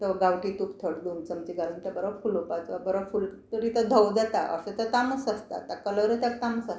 तो गांवठी तूप थोडें दोन चमचे घालून तो बरो फुलोपाचो बरो फुल तरी तो धवो जाता हरशीं तो तामूस आसता ताका कलर ताका तामसो आसता